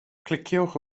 cliciwch